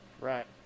Right